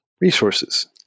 resources